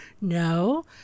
No